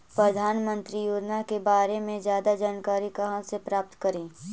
प्रधानमंत्री योजना के बारे में जादा जानकारी कहा से प्राप्त करे?